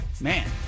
Man